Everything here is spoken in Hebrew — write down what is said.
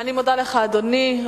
אני מודה לך, אדוני.